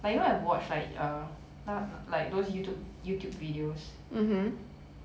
but you know I watch like err like those youtube youtube videos